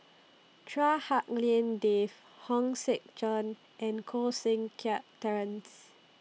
Chua Hak Lien Dave Hong Sek Chern and Koh Seng Kiat Terence